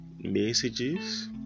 messages